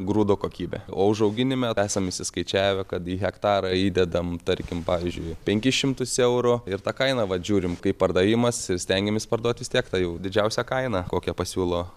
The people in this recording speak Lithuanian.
grūdo kokybė o užauginime esam įskaičiavę kad hektarą įdedam tarkim pavyzdžiui penkis šimtus eurų ir tą kainą vat žiūrim kaip pardavimas ir stengiamės parduoti vis tiek ta jau didžiausia kaina kokią pasiūlo